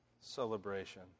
Celebration